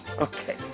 Okay